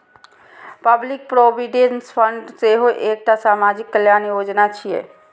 public provident fund सेहो एकटा सामाजिक कल्याण योजना छियै